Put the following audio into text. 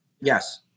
Yes